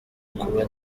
kuba